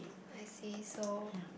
I see so